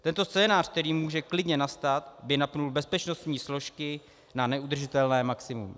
Tento scénář, který může klidně nastat, by napnul bezpečnostní složky na neudržitelné maximum.